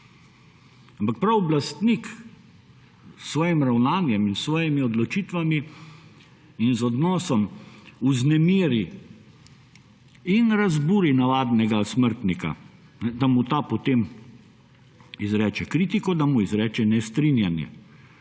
Ampak prav oblastnik s svojim ravnanjem in s svojimi odločitvami in z odnosom vznemiri in razburi navadnega smrtnika, da mu ta potem izreče kritiko, da mu izreče nestrinjanje.